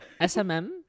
smm